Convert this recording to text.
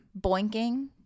Boinking